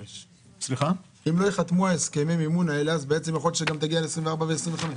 כלומר אם לא ייחתמו הסכמי המימון האלה אולי תגיע גם ל-2024 ו-2025.